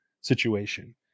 situation